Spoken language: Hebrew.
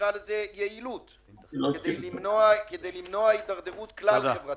יעילות כדי למנוע הידרדרות כלל חברתית.